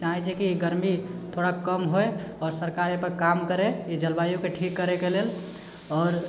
चाहै छी कि गर्मी थोड़ा कम होइ आओर सरकार एहिपर काम करै ई जलवायुके ठीक करैके लेल आओर